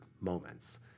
moments